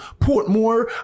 Portmore